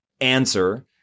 answer